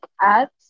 ads